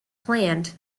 planned